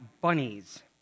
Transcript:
bunnies